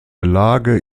lage